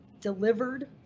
delivered